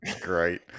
great